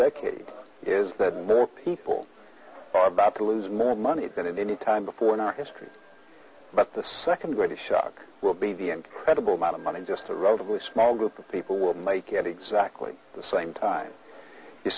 decade is that more people are about to lose more money than any time before in our history but the second great shock will be the incredible amount of money just a robot with a small group of people will make at exactly the same time you